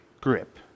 grip